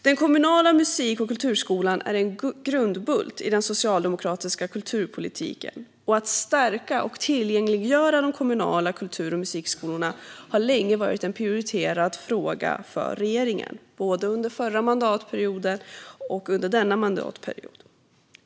Den kommunala musik och kulturskolan är en grundbult i den socialdemokratiska kulturpolitiken, och att stärka och tillgängliggöra de kommunala kultur och musikskolorna har länge varit en prioriterad fråga för regeringen - både under förra mandatperioden och under denna mandatperiod.